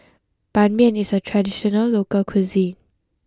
Ban Mian is a traditional local cuisine